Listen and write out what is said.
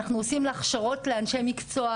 אנחנו עושים הכשרות לאנשי מקצוע,